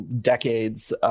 decades